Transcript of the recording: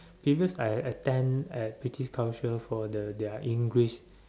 because I attend at British council for the their English